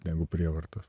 negu prievartos